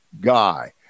guy